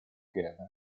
together